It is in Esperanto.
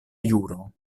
juro